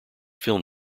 film